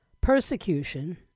persecution